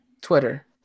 Twitter